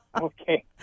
Okay